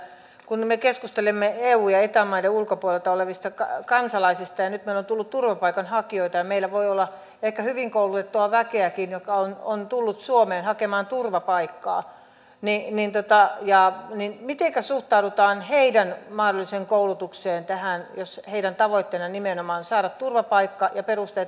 kun me keskustelimme eu ja eta maiden ulkopuolelta tulevista kansalaisista ja nyt meille on tullut turvapaikanhakijoita ja meillä voi olla ehkä hyvin koulutettua väkeäkin joka on tullut suomeen hakemaan turvapaikkaa niin mitenkä suhtaudutaan heidän mahdolliseen koulutukseensa tähän jos heidän tavoitteenaan on nimenomaan saada turvapaikka ja perusteet löytyvät